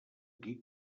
qui